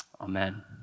Amen